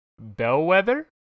bellwether